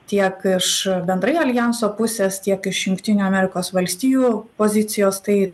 tiek iš bendrai aljanso pusės tiek iš jungtinių amerikos valstijų pozicijos tai